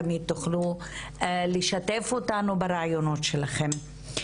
לשתף אותנו ברעיונות שלכן.